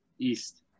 east